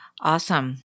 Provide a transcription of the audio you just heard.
Awesome